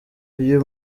uyu